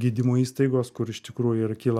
gydymo įstaigos kur iš tikrųjų ir kyla